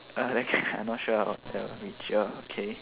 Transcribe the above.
I not sure of the richer okay